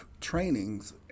trainings